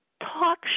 talk